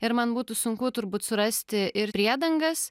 ir man būtų sunku turbūt surasti ir priedangas